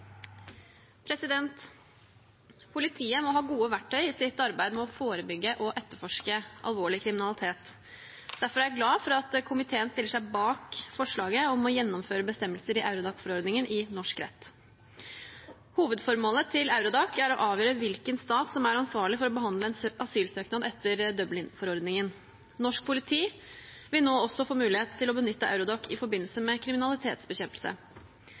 Politiet må ha gode verktøy i sitt arbeid med å forebygge og etterforske alvorlig kriminalitet. Jeg er derfor glad for at komiteen stiller seg bak forslaget om å gjennomføre bestemmelser i Eurodac-forordningen i norsk rett. Hovedformålet til Eurodac er å avgjøre hvilken stat som er ansvarlig for å behandle en asylsøknad etter Dublin-forordningen. Norsk politi vil nå også få mulighet til å benytte Eurodac i forbindelse med kriminalitetsbekjempelse.